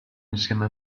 insieme